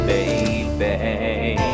Baby